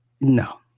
no